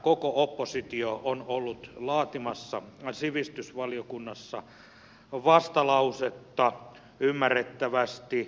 koko oppositio on ollut laatimassa sivistysvaliokunnassa vastalausetta ymmärrettävästi